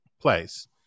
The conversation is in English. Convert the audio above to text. place